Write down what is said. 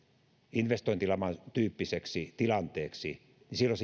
investointilaman tyyppiseksi tilanteeksi silloin